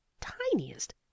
tiniest